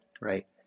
right